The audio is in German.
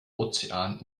ozean